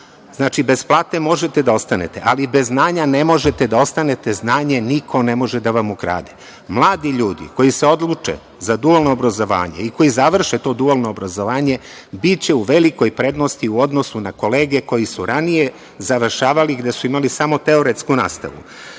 plate. Znači, bez plate možete da ostanete, ali bez znanja ne možete da ostanete, znanje niko ne može da vam ukrade. Mladi ljudi koji se odluče za dualno obrazovanje i koji završe to dualno obrazovanje biće u velikoj prednosti u odnosu na kolege koji su ranije završavali, gde su imali samo teoretsku nastavu. Država